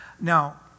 Now